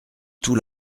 tout